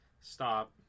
Stop